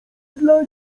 dla